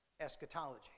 eschatology